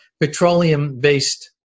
petroleum-based